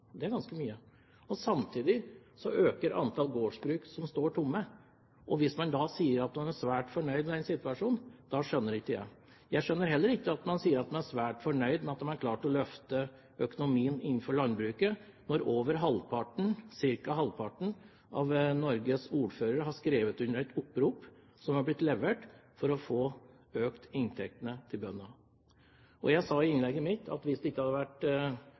gårdsbruk som står tomme. Hvis man sier at man er svært fornøyd med den situasjonen, skjønner jeg ikke det. Jeg skjønner heller ikke at man er svært fornøyd med at man har klart å løfte økonomien innenfor landbruket, når ca. halvparten av Norges ordførere har skrevet under på et opprop som er innlevert, for å få økt inntektene til bøndene. Jeg sa i innlegget mitt at hvis det hadde vært